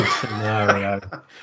scenario